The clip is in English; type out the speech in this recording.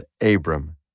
Abram